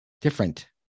Different